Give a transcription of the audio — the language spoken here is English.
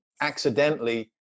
accidentally